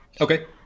Okay